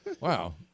Wow